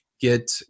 get